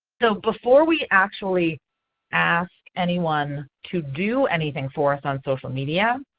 so before we actually ask anyone to do anything for us on social media,